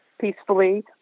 peacefully